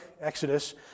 Exodus